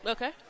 Okay